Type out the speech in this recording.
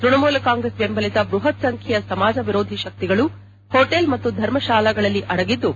ತ್ಯಣಮೂಲ ಕಾಂಗ್ರೆಸ್ ಬೆಂಬಲಿತ ಬೃಹತ್ ಸಂಚ್ಯೆಯ ಸಮಾಜ ವಿರೋಧಿ ಶಕ್ತಿಗಳು ಹೋಟೆಲ್ ಮತ್ತು ಧರ್ಮತಾಲಾಗಳಲ್ಲಿ ಅಡಗಿದ್ದು